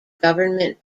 government